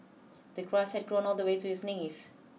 the grass had grown all the way to his knees